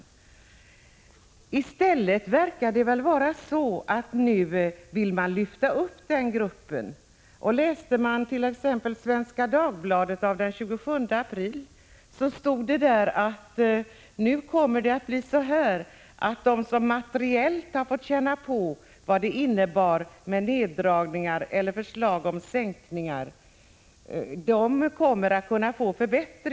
För närvarande verkar det dock som om man i stället vill lyfta upp denna grupp. Den somt.ex. läste Svenska Dagbladet av den 27 april fann att det där stod: Nu kommer de som materiellt har fått känna på vad förslagen om sänkningar och neddragningar innebar att kunna få det bättre.